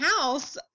house